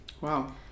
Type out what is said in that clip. wow